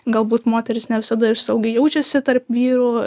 galbūt moterys ne visada ir saugiai jaučiasi tarp vyrų